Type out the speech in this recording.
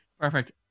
Perfect